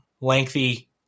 lengthy